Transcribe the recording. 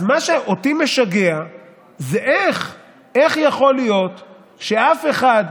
אז מה שאותי משגע זה איך יכול להיות שאף אחד,